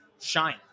shine